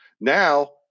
Now